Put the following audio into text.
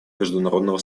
международного